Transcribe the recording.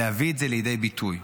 להביא את זה לידי ביטוי,